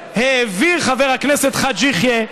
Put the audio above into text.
והעביר, חבר הכנסת חאג' יחיא,